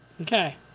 Okay